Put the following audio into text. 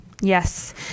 Yes